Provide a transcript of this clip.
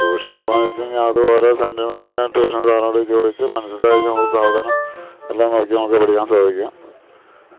ട്യൂഷന് പോവാന്നച്ച്ഴിഞ്ഞാ അത് ഓരോ സെൻറ്ററ് വച്ച് ഞാൻ ട്യൂഷൻ സാറിനോട് ചോദിച്ച് മനസ്സിലാക്കി നമുക്ക് സാവധാനം എല്ലാം നോക്കി നമുക്ക് പഠിക്കാൻ സാധിക്കും